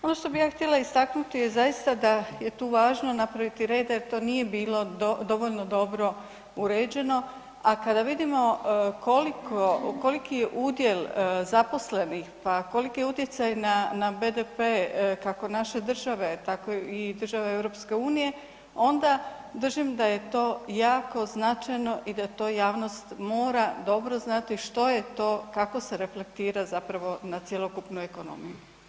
Ono što bih ja htjela istaknuti je zaista da je tu važno napraviti reda jer to nije bilo dovoljno dobro uređeno, a kada vidimo koliko, koliki udjel zaposlenih, pa koliki je utjecaj na, na BDP, kako naše države tako i države EU onda držim da je to jako značajno i da to javnost mora dobro znati što je to, kako se reflektira zapravo na cjelokupnu ekonomiju.